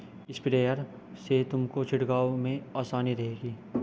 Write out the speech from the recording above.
sprayer से तुमको छिड़काव में आसानी रहेगी